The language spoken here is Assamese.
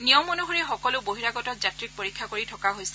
নিয়ম অনুসৰি সকলো বহিৰাগত যাত্ৰীক পৰীক্ষা কৰি থকা হৈছে